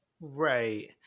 Right